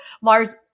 Lars